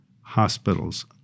hospitals